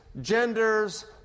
genders